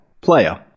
Player